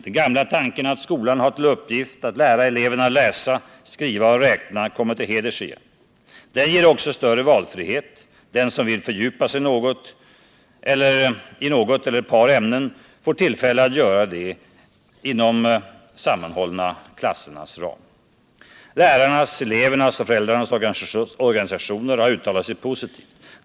Den gamla tanken att skolan har till uppgift att lära eleverna läsa, skriva och räkna kommer till heders igen. Den ger också större valfrihet; den som vill fördjupa sig i något eller ett par ämnen får tillfälle att göra det inom de sammanhållna klassernas ram. Lärarnas, elevernas och föräldrarnas organisationer har uttalat sig positivt.